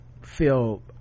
feel